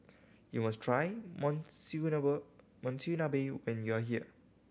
you must try Monsunabe when you are here